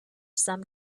some